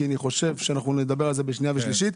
כי אני חושב שאנחנו נדבר על זה בשנייה ושלישית,